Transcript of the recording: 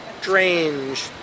strange